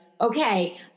okay